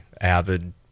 avid